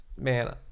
man